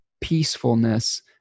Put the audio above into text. peacefulness